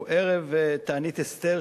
הוא ערב תענית אסתר,